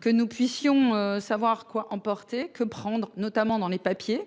que nous puissions savoir quoi emporter que prendre notamment dans les papiers.